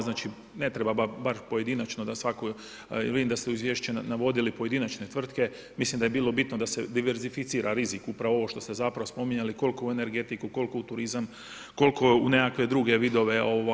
Znači ne treba bar pojedinačnu da svaku jel vidim da ste u izvješću navodili pojedine tvrtke, mislim da je bilo bitno da se diversificira rizik upravo ovo što ste spominjali, koliko u energetiku, koliko u turizam, koliko u nekakve druge vidove.